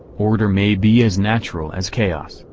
order may be as natural as chaos,